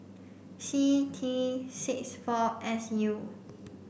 C T six four S U